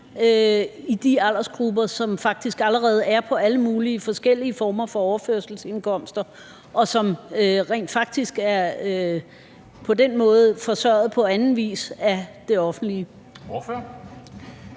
i de aldersgrupper, som allerede er på alle mulige forskellige former for overførselsindkomster, og som rent faktisk på den måde er forsørget på anden vis af det offentlige.